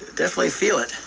definitely feel it.